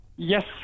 Yes